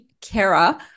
Kara